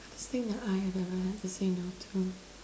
hardest thing that I have ever had to say no to